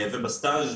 ובסטאז'.